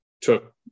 took